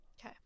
okay